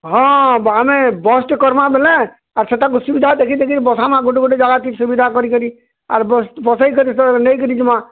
ହଁ ଆମେ ବସ୍ଟେ କର୍ମାଁ ବେଲେ ଆର୍ ସେଟାକୁ ସୁବିଧା ଦେଖି ଦେଖିର୍ ବସାମାଁ ଗୋଟେ ଗୋଟେ ଜାଗାଥି ସୁବିଧା କରି କରି ଆର୍ ବସ୍ ବସେଇକରି ନେଇକରି ଯିମାଁ